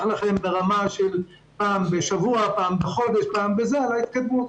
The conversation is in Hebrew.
לכם ברמה של פעם בשבוע או בחודש על ההתקדמות.